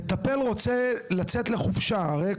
מטפל רוצה לצאת לחופשה; הרי,